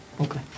okay